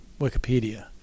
Wikipedia